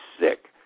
sick